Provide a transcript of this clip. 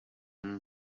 ibi